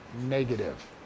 negative